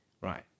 Right